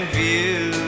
view